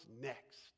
next